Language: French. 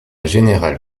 générale